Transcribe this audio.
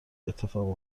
اتفاق